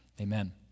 Amen